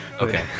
Okay